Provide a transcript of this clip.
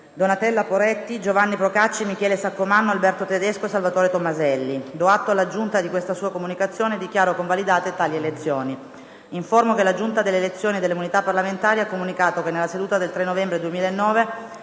Donatella Poretti, Giovanni Procacci, Michele Saccomanno, Alberto Tedesco e Salvatore Tomaselli. Do atto alla Giunta di questa sua comunicazione e dichiaro convalidate tali elezioni. Informo, inoltre, che la Giunta delle elezioni e delle immunità parlamentari ha comunicato che, nella seduta del 3 novembre 2009,